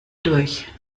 durch